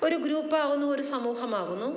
ഒരു ഗ്രൂപ്പാവുന്നു ഒരു സമൂഹമാകുന്നു